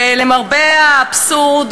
למרבה האבסורד,